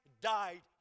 died